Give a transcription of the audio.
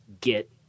get